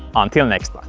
um until next